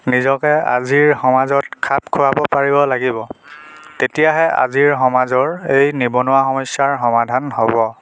নিজকে আজিৰ সমাজত খাপ খুৱাব পাৰিব লাগিব তেতিয়াহে আজিৰ সমাজৰ এই নিবনুৱা সমস্যাৰ সমাধান হ'ব